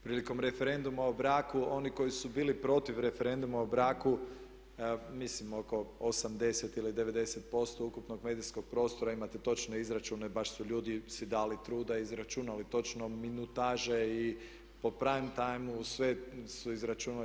Prilikom referenduma o braku, oni koji su bili protiv referenduma o braku mislim oko 80 ili 90% ukupnog medijskog prostora, imate točno izračune, baš su ljudi si dali truda i izračunali točno minutaže i po prime timeu sve su izračunali.